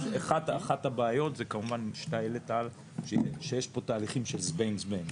אחת הבעיות זה כמובן שיש פה תהליכים של 'זבנג זבנג'